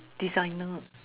designer